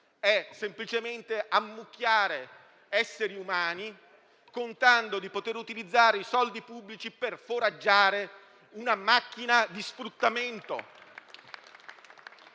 si traduce nell'ammucchiare esseri umani, contando di poter utilizzare i soldi pubblici per foraggiare una macchina di sfruttamento.